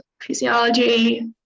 physiology